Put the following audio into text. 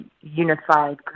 unified